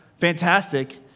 Fantastic